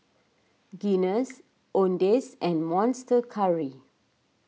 Guinness Owndays and Monster Curry